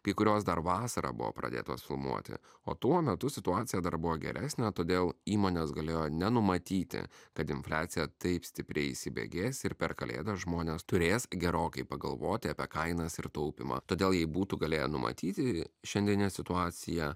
kai kurios dar vasarą buvo pradėtos filmuoti o tuo metu situacija dar buvo geresnė todėl įmonės galėjo nenumatyti kad infliacija taip stipriai įsibėgės ir per kalėdas žmonės turės gerokai pagalvoti apie kainas ir taupymą todėl jei būtų galėję numatyti šiandinę situaciją